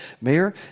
Mayor